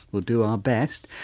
we'll do our best.